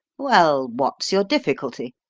well, what's your difficulty?